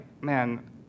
man